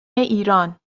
ایران